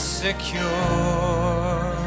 secure